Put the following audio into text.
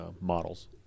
models